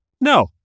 no